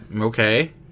Okay